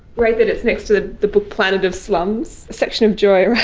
great that it's next to the book planet of slums. a section of joy